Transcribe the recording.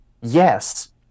yes